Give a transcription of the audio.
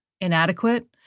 inadequate